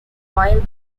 royal